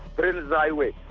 but highway,